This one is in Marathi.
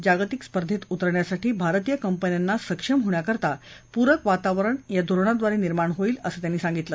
जागतिक स्पर्धेत उतरण्यासाठी भारतीय कंपन्यांना सक्षम होण्याकरता पूरक वातावरण या धोरणाद्वारे निर्माण होईल असं त्यांनी सांगितलं